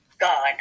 God